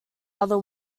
other